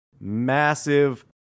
massive